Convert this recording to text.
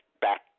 back